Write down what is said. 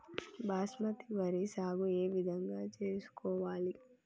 బాస్మతి వరి సాగు ఏ విధంగా చేసుకోవాలి?